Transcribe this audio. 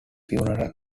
funeral